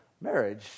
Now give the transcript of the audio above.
marriage